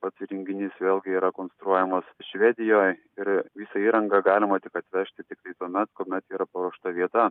pats įrenginys vėlgi yra konstruojamas švedijoj ir visą įrangą galima tik atvežti tiktai tuomet kuomet yra paruošta vieta